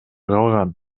калган